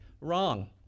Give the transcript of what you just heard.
Wrong